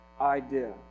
idea